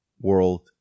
world